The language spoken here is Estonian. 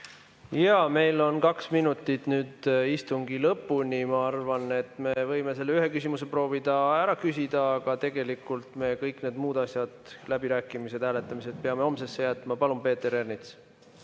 Jaa, meil on nüüd kaks minutit istungi lõpuni. Ma arvan, et me võime selle ühe küsimuse proovida ära küsida, aga tegelikult me kõik need muud asjad, läbirääkimised ja hääletamised, peame homsesse jätma. Palun, Peeter Ernits!